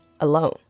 alone